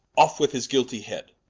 off with his guiltie head.